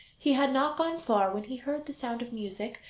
he had not gone far, when he heard the sound of music,